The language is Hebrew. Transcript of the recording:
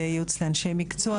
זה ייעוץ לאנשי מקצוע,